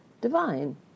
divine